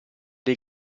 dei